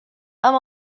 amb